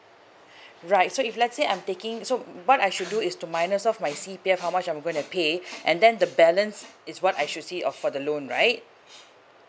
right so if let's say I'm taking so what I should do is to minus off my C_P_F how much I'm gonna pay and then the balance is what I should see of for the loan right